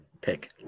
pick